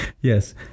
Yes